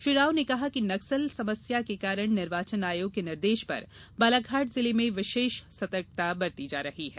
श्री राव ने कहा कि नक्सली समस्या के कारण निर्वाचन आयोग के निर्देश पर बालाघाट जिले में विशेष सतर्कता बरती जा रही है